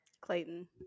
Clayton